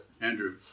Andrew